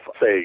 say